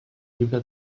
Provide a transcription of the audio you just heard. llibre